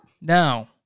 Now